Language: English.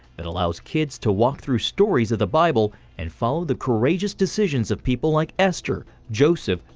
that allows kids to walk through stories of the bible and follow the courageous decisions of people like esther, joseph,